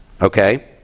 Okay